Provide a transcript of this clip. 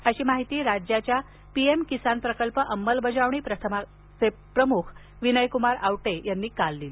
अशी माहिती राज्याच्या पीएम किसान प्रकल्प अंमलबजावणी पथकाचे प्रमुख विनयकुमार आवटे यांनी काल दिली